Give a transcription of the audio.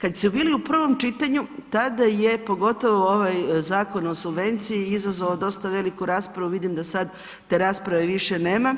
Kad su bili u prvom čitanju, tada je pogotovo ovaj Zakon o subvenciji izazvao dostav veliku raspravu, vidim da sad te rasprava više nema